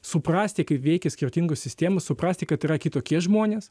suprasti kaip veikia skirtingos sistemos suprasti kad yra kitokie žmonės